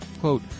quote